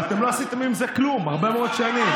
ואתם לא עשיתם עם זה כלום הרבה מאוד שנים.